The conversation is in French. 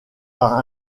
par